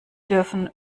dürfen